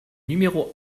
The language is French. numéro